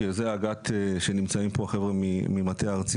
החלק השני החשוב זה כל הסיפור של מערכת אכיפה והחקיקה.